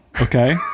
okay